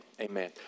amen